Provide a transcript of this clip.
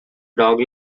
dog